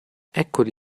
eccoli